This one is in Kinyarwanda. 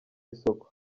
isakaro